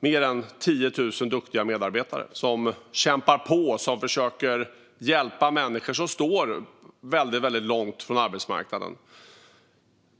mer än 10 000 duktiga medarbetare som kämpar på och försöker hjälpa människor som står långt från arbetsmarknaden.